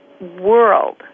world